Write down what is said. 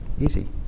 Easy